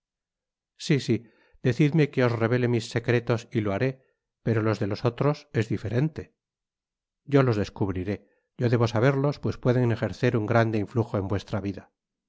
si si decidme que os revele mis secretos y lo haré pero los de los otros es diferente yo los descubriré yo debo saberlos pues pueden ejercer un grande influjo en vuestra vida